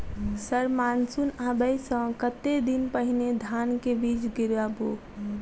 Sir monsoon आबै सऽ कतेक दिन पहिने धान केँ बीज गिराबू?